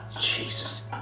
Jesus